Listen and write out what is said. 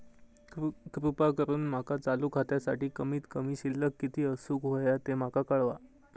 कृपा करून माका चालू खात्यासाठी कमित कमी शिल्लक किती असूक होया ते माका कळवा